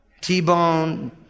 T-bone